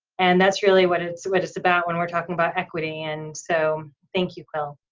and that's really what it's what it's about when we're talking about equity. and so thank you quill.